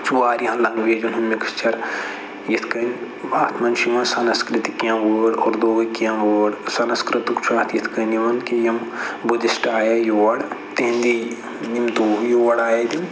چھُ واریَہَن لنگویجَن ہُنٛد مکسچر یِتھ کٔنۍ اتھ مَنٛز چھُ یِوان سنسکرتٕکۍ کینٛہہ وٲڈ اردوٗوٕکۍ کینٛہہ وٲڈ سَنَسکرتُک چھُ اتھ یِتھ کنۍ یِون کہ یم بُدِسٹہٕ آیے یور تِہِنٛدے یِم تو یور آیے تِم